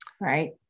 right